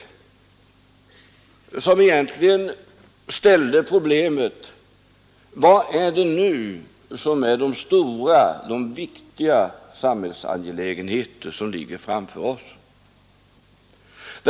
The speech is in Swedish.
Och då frågade man sig: Vad är det nu som är de stora och viktiga samhällsangelägenheter som ligger framför oss?